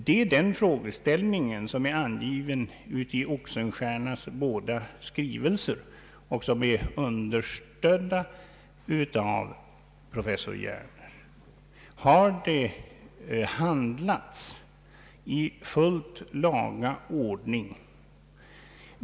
Det är den frågeställning som är angiven i Oxenstiernas båda skrivelser, som är understödda av professor Hjerner. Har det handlats i fullt laga ordning?